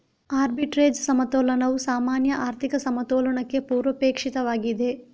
arbitrage ಸಮತೋಲನವು ಸಾಮಾನ್ಯ ಆರ್ಥಿಕ ಸಮತೋಲನಕ್ಕೆ ಪೂರ್ವಾಪೇಕ್ಷಿತವಾಗಿದೆ